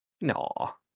No